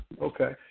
Okay